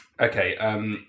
Okay